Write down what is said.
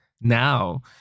now